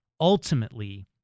ultimately